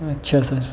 اچھا سر